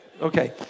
Okay